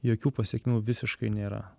jokių pasekmių visiškai nėra